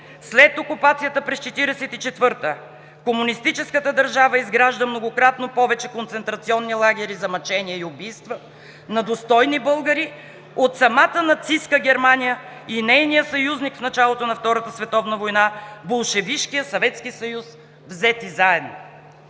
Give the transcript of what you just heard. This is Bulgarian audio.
„След окупацията през 1944 г. комунистическата държава изгражда многократно повече концентрационни лагери за мъчения и убийства на достойни българи от самата нацистка Германия и нейния съюзник в началото на Втората световна война – болшевишкия Съветски